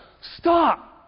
stop